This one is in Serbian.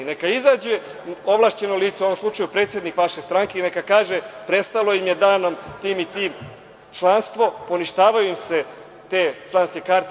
Neka izađe ovlašćeno lice, u ovom slučaju predsednik vaše stranke i neka kaže, prestalo im je danom tim i tim članstvo, poništavaju im se te članske karte.